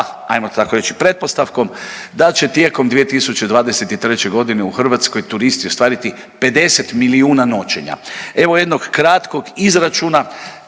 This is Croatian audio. ajmo tako reći, pretpostavkom da će tijekom 2023.g. u Hrvatskoj turisti ostvariti 50 milijuna noćenja. Evo jednog kratkog izračuna